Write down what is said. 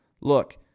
Look